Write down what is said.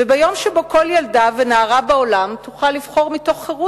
וביום שבו כל ילדה ונערה בעולם תוכל לבחור מתוך חירות